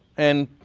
and.